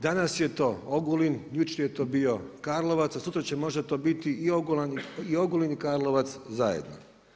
Danas je to Ogulin, jučer je to bio Karlovac, a sutra će možda to biti i Ogulin i Karlovac zajedno.